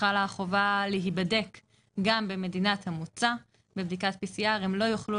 חלה החובה להיבדק גם במדינת המוצא בדיקת PCR. הם לא יוכלו